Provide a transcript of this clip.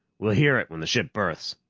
we'll hear it when the ship berths.